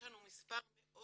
יש לנו מספר מאות